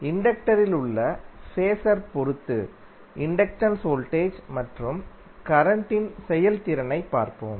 இண்டக்டரில் உள்ள ஃபேஸர் பொறுத்து இண்டக்டன்ஸ் வோல்டேஜ் மற்றும் கரண்ட்டின் செயல்திறனைப் பார்ப்போம்